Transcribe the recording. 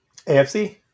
AFC